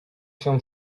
się